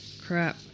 Crap